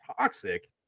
toxic